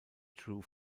true